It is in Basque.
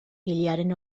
ilearen